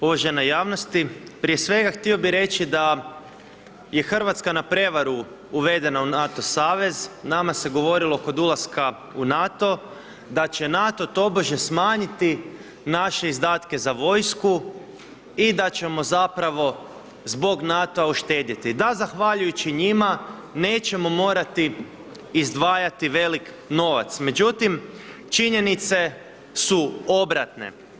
Uvažena javnosti, prije svega htio bi reći da je Hrvatska na prevaru uvedena u NATO savez, nama se govorilo kod ulaska u NATO da će NATO tobože smanjiti naše izdatke za vojsku i da ćemo zapravo zbog NATO-a uštedjeti, da zahvaljujući njima nećemo morati izdvajat velik novac međutim, činjenice su obratne.